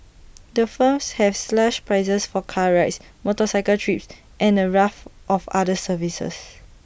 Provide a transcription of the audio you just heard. the firms have slashed prices for car rides motorcycle trips and A raft of other services